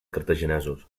cartaginesos